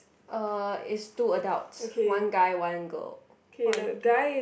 uh is two adults one guy one girl one